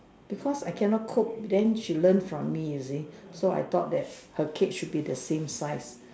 because I can not cope then she learn from me you see so I thought that her cake should be the same size